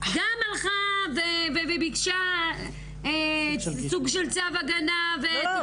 גם הלכה וביקשה סוג של צו הגנה --- לא,